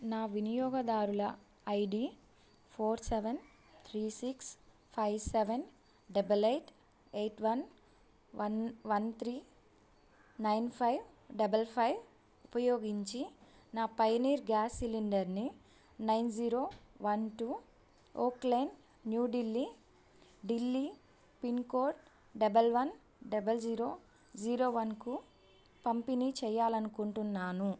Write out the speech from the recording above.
నా వినియోగదారుల I D four seven three six five seven double eight eight one one one three nine five double five ఉపయోగించి నా Pioneer gas సిలిండర్ని nine zero one two Oak Lane New Delhi Delhi pincode double one double zero zero one కు పంపిణీ చెయాలనుకుంటున్నాను